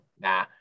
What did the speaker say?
Nah